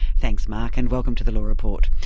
thanks, mark, and welcome to the law report.